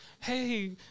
hey